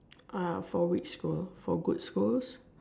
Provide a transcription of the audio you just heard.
uh for which school for good schools